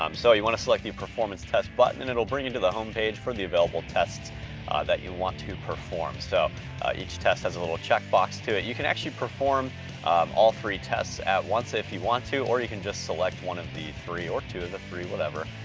um so you wanna select the performance tests button and it'll bring you to the home page for the available tests ah that you want to perform. so each test has a little checkbox to it. you can actually perform all three tests at once, if you want to, or you can just select one of the three. or two of the three, whatever.